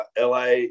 LA